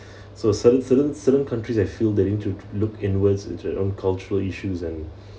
so certain certain certain countries I feel that need to look inwards at the cultural issues and